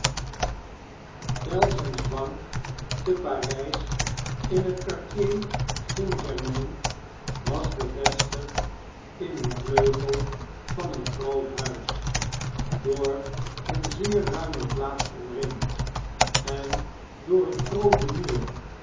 u a r t i e r st germain was gevestigd in een vleugel van een groot huis door eene zeer ruime plaats omringd en door een grooten muur